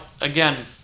again